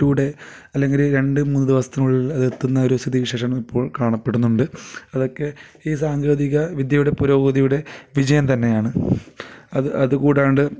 to day അല്ലെങ്കിൽ രണ്ടു മൂന്നു ദിവസത്തിനുള്ളിൽ അത് എത്തുന്ന ഒരു സ്ഥിതി വിശേഷമാണ് ഇപ്പോൾ കാണപ്പെ ടുന്നുണ്ട് അതൊക്കെ ഈ സാങ്കേതിക വിദ്യയുടെ പുരോഗതിയുടെ വിജയം തന്നെയാണ് അത് അതു കൂടാണ്ട്